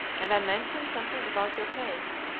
and i mentioned something about your case.